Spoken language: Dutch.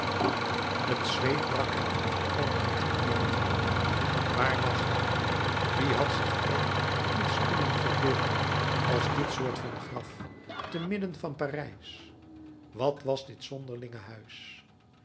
t zweet brak hem van alle kanten uit waar was hij wie had zich ooit iets kunnen verbeelden als dit soort van graf te midden van parijs wat was dit zonderlinge huis